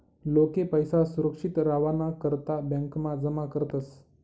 लोके पैसा सुरक्षित रावाना करता ब्यांकमा जमा करतस